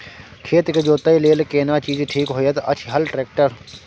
खेत के जोतय लेल केना चीज ठीक होयत अछि, हल, ट्रैक्टर?